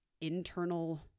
internal